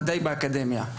וודאי באקדמיה,